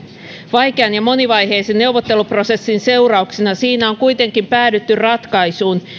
vaikean ja monivaiheisen neuvotteluprosessin seurauksena siinä on kuitenkin päädytty ratkaisuun